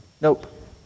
nope